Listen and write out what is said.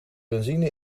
benzine